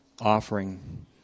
offering